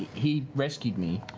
he rescued me.